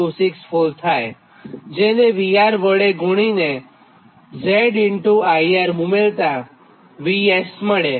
00264 થાયજેને VR વડે ગુણીને ZIR ઉમેરતાં VS મળે